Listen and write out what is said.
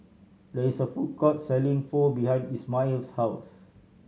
there is a food court selling Pho behind Ishmael's house